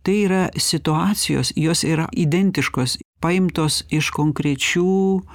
tai yra situacijos jos yra identiškos paimtos iš konkrečių